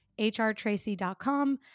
hrtracy.com